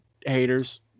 Haters